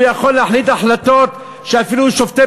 הוא יכול להחליט החלטות שאפילו שופטי